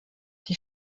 die